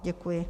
Děkuji.